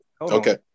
Okay